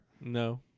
No